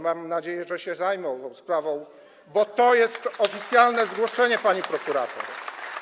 Mam nadzieję, że zajmą się tą sprawą, bo to jest oficjalne zgłoszenie, pani prokurator.